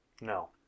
No